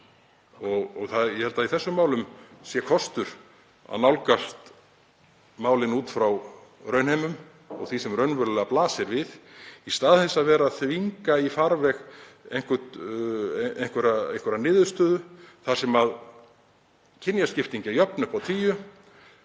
og ég held að í þessum málum sé kostur að nálgast málin út frá raunheimum, því sem raunverulega blasir við, í stað þess að vera að þvinga í farveg einhverja niðurstöðu þar sem kynjaskipting er jöfn upp á tíu.